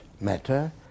matter